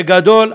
בגדול,